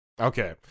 okay